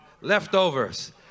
leftovers